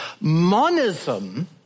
Monism